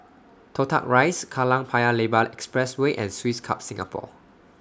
Toh Tuck Rise Kallang Paya Lebar Expressway and Swiss Club Singapore